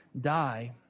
die